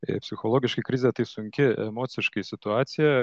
psichologiškai krizė tai sunki emociškai situacija